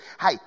hey